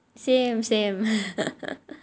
same same